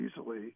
easily